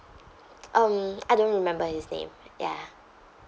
um I don't remember his name ya